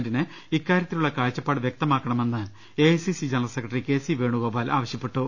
ന് ഇക്കാര്യത്തിലുളള കാഴ്ചപ്പാട് വ്യക്തമാക്കണമെന്ന് AICC general secretary K C Venugopal ആവശ്യപ്പെട്ടു